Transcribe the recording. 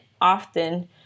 often